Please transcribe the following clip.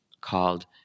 called